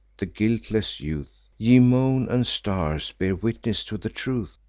the guiltless youth ye moon and stars, bear witness to the truth!